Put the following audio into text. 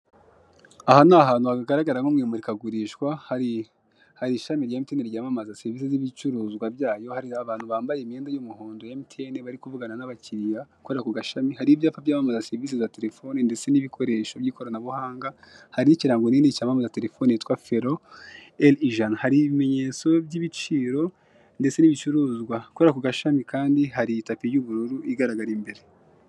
mUuguzi n'umucuruzi bahurira bakaganira ku bijyanye n'ibicuruzwa bigiye bitandukanye, umuguzi akagabanyirixwa agera kuri mirongo itatu ku ijana, bakaba babimugezaho ku buntu ndetse bikaba byizewe.